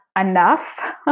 enough